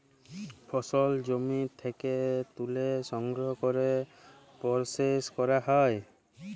ফসল জমি থ্যাকে ত্যুলে সংগ্রহ ক্যরে পরসেস ক্যরা হ্যয়